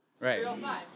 Right